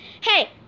Hey